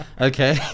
Okay